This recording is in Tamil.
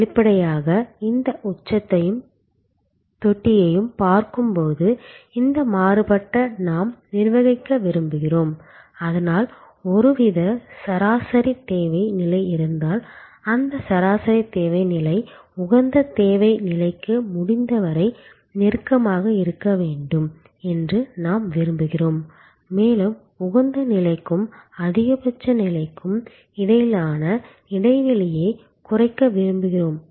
வெளிப்படையாக இந்த உச்சத்தையும் தொட்டியையும் பார்க்கும்போது இந்த மாறுபாட்டை நாம் நிர்வகிக்க விரும்புகிறோம் அதனால் ஒருவித சராசரி தேவை நிலை இருந்தால் அந்த சராசரி தேவை நிலை உகந்த தேவை நிலைக்கு முடிந்தவரை நெருக்கமாக இருக்க வேண்டும் என்று நாம் விரும்புகிறோம் மேலும் உகந்த நிலைக்கும் அதிகபட்ச நிலைக்கும் இடையிலான இடைவெளியைக் குறைக்க விரும்புகிறோம்